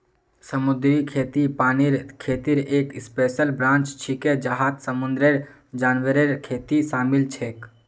समुद्री खेती पानीर खेतीर एक स्पेशल ब्रांच छिके जहात समुंदरेर जानवरेर खेती शामिल छेक